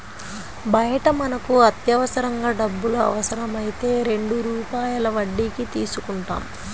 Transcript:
బయట మనకు అత్యవసరంగా డబ్బులు అవసరమైతే రెండు రూపాయల వడ్డీకి తీసుకుంటాం